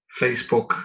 Facebook